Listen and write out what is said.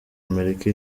amerika